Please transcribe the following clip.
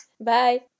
Bye